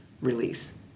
release